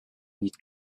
need